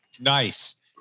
Nice